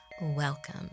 welcome